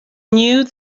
knew